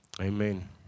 Amen